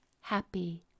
happy